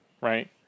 right